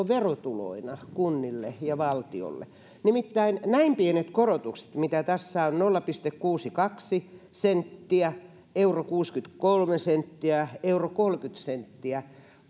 verotuloina kunnille ja valtiolle nimittäin näin pienet korotukset mitä tässä on nolla pilkku kuusikymmentäkaksi senttiä yksi pilkku kuusikymmentäkolme senttiä yksi pilkku kolmekymmentä senttiä